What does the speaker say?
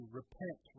repent